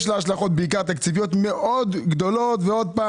יש לה השלכות בעיקר תקציביות מאוד גדולות ושוב,